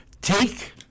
take